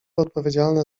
odpowiedzialne